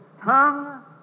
tongue